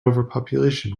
overpopulation